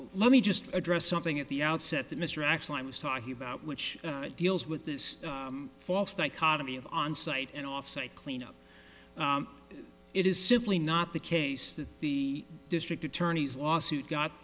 let me just address something at the outset that mr actually i was talking about which deals with this false dichotomy of on site and off site cleanup it is simply not the case that the district attorney's lawsuit got